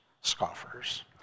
scoffers